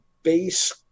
base